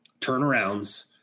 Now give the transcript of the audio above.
turnarounds